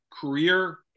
career